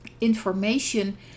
information